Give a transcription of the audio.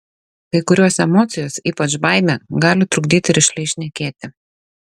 kai kurios emocijos ypač baimė gali trukdyti rišliai šnekėti